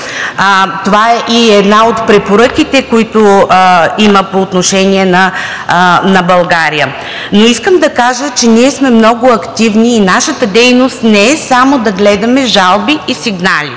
Това е и една от препоръките, които има по отношение на България. Искам да кажа, че ние сме много активни и нашата дейност не е само да гледаме жалби и сигнали.